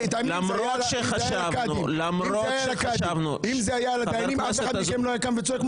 אם זה היה על הדיינים אף אחד מכם לא היה קם וצועק,